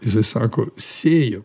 jisai sako sėjau